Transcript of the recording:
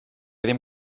ddim